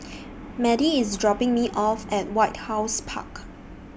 Madie IS dropping Me off At White House Park